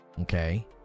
Okay